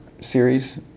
series